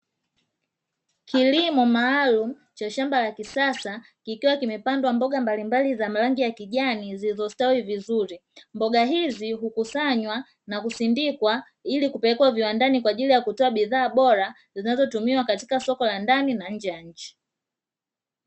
Kilimo maalumu cha shamba la kisasa kikiwa kimepandwa mboga mbalimbali za rangi ya kijani zilizostawi vizuri. Mboga hizi hukusanywa na kusindikwa na kupelekwa viwandani, kwa ajili ya kutoa bidhaa bora zinazotumiwa katika soko la ndani na nje ya nchi.